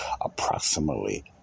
approximately